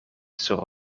sur